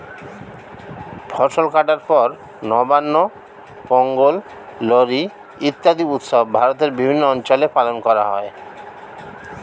ফসল কাটার পর নবান্ন, পোঙ্গল, লোরী ইত্যাদি উৎসব ভারতের বিভিন্ন অঞ্চলে পালন করা হয়